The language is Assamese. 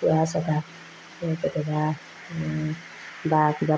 ফুৰা চকা এই কেতিয়াবা বা কিবা